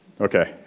okay